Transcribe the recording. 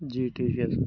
जी ठीक है सर